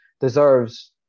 deserves